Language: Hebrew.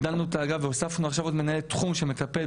הגדלנו את האגף והוספנו עכשיו עוד מנהלת תחום שמטפלת